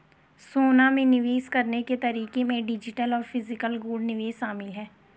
सोना में निवेश करने के तरीके में डिजिटल और फिजिकल गोल्ड निवेश शामिल है